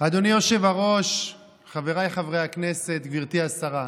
אדוני היושב-ראש, חבריי חברי הכנסת, גברתי השרה,